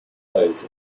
plays